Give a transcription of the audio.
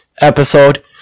episode